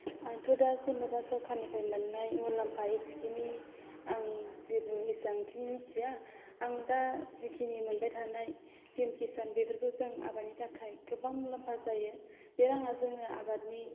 आंथ' दा जेनेबा सोरखारनिफ्राय मोननाय मुलामफा एसेखिनि आं जेबो एसांखिनि मिनथिया आं दा जिखिनि मोनबाय थानाय पि एम खिसान बेफोरखौ जों आबादनि थाखाय गोबां मुलामफा जायो बे राङा जोंनो आबादनि